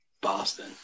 Boston